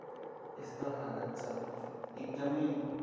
यस्तो हालत छ एकदमै